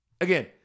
Again